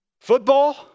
football